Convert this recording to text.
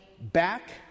back